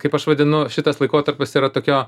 kaip aš vadinu šitas laikotarpis yra tokio